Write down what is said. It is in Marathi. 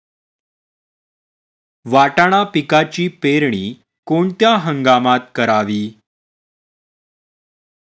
वाटाणा पिकाची पेरणी कोणत्या हंगामात करावी?